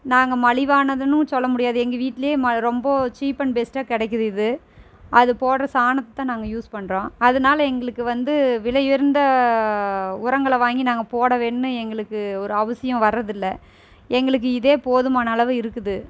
நாங்கள் மலிவானதுனு சொல்ல முடியாது எங்கள் வீட்டில் ரொம்ப சீப் பண்ட் பெஸ்ட்டா கிடக்கிது இது அது போடுற சாணத்ததான் நாங்கள் யூஸ் பண்ணுறோம் அதனால எங்ளுக்கு வந்து விலையுயர்ந்த உரங்களை வாங்கி நாங்கள் போடவேன்னு எங்களுக்கு ஒரு அவசியம் வரதில்லை எங்களுக்கு இதே போதுமான அளவு இருக்குது